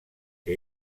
que